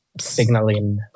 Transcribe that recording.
signaling